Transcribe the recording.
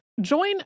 Join